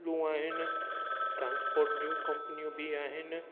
लूं आहिनि ट्रास्पोट जूं कंपनियूं बि आहिनि